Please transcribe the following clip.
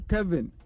Kevin